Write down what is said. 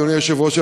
אדוני היושב-ראש,